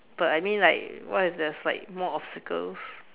but I mean like what if there's like more obstacles